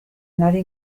nadie